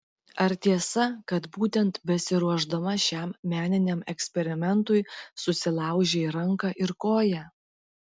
ar tiesa kad būtent besiruošdama šiam meniniam eksperimentui susilaužei ranką ir koją